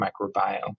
microbiome